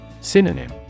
Synonym